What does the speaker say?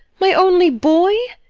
my only boy!